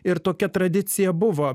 ir tokia tradicija buvo